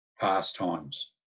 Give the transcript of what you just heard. pastimes